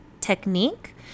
technique